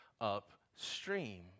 upstream